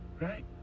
right